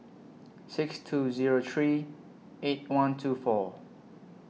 six two Zero three eight one two four